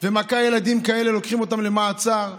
ומכה ילדים כאלה, לוקחים אותם למעצר.